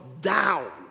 down